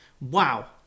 Wow